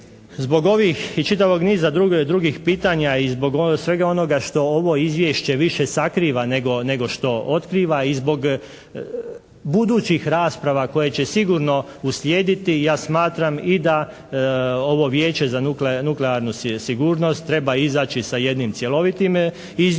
zbog ovih i čitavog niza drugih pitanja i zbog svega onoga što ovo izvješće više sakriva nego što otkriva i zbog budućih rasprava koje će sigurno usljediti, ja smatram i da ovo Vijeće za nuklearnu sigurnost treba izaći sa jednim cjelovitim izvješćem.